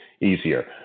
easier